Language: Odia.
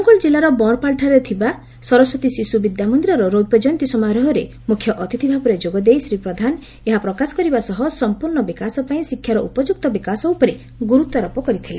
ଅନୁଗୁଳ ଜିଲ୍ଲାର ବଅଁରପାଳଠାରେ ଥିବା ସରସ୍ୱତୀ ଶିଶ୍ୱ ବିଦ୍ୟା ମନ୍ଦିରର ରୌପ୍ୟ କୟନ୍ତୀ ସମାରୋହରେ ମୁଖ୍ୟ ଅତିଥି ଭାବେ ଯୋଗ ଦେଇ ଶ୍ରୀ ପ୍ରଧାନ ଏହା ପ୍ରକାଶ କରିବା ସହ ସମ୍ମର୍ଭ୍ର ବିକାଶ ପାଇଁ ଶିକ୍ଷାର ଉପଯୁକ୍ତ ବିକାଶ ଉପରେ ଗୁରୁତ୍ୱ ଆରୋପ କରିଥିଲେ